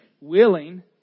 willing